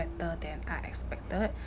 better than I expected